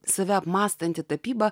save apmąstanti tapyba